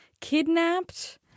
kidnapped